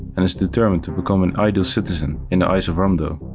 and is determined to become an ideal citizen in the eyes of romdeau.